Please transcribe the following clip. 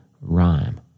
rhyme